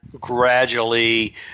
gradually